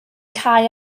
cau